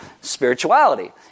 spirituality